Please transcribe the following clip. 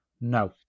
No